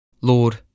Lord